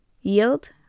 Yield